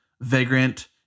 Vagrant